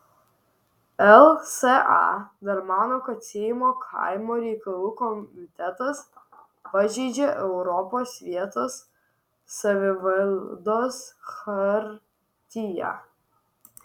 lsa dar mano kad seimo kaimo reikalų komitetas pažeidžia europos vietos savivaldos chartiją